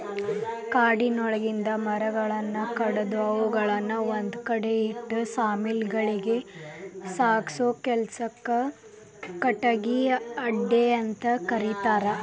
ಕಾಡಿನೊಳಗಿಂದ ಮರಗಳನ್ನ ಕಡದು ಅವುಗಳನ್ನ ಒಂದ್ಕಡೆ ಇಟ್ಟು ಸಾ ಮಿಲ್ ಗಳಿಗೆ ಸಾಗಸೋ ಕೆಲ್ಸಕ್ಕ ಕಟಗಿ ಅಡ್ಡೆಅಂತ ಕರೇತಾರ